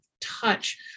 touch